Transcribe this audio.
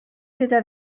gyda